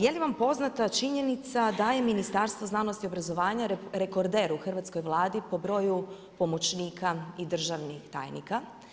Je li vam poznata činjenica da je Ministarstvo znanosti i obrazovanja rekorder u hrvatskoj Vladi po broju pomoćnika i državnih tajnika?